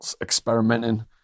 experimenting